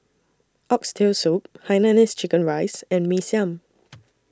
Oxtail Soup Hainanese Chicken Rice and Mee Siam